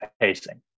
pacing